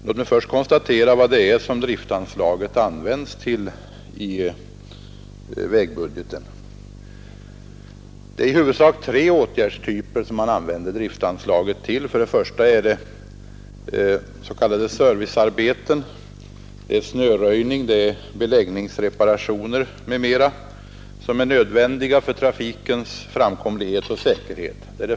Låt oss först konstatera vad det är driftanslaget i vägbudgeten används till. Det är i huvudsak tre åtgärdstyper. För det första är det s.k. servicearbeten, dvs. snöröjning, beläggningsreparationer m.m., som är nödvändiga för trafikens framkomlighet och säkerhet.